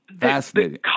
fascinating